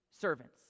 servants